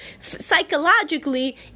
psychologically